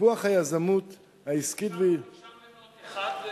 טיפוח היזמות העסקית, אפשר למנות אחד,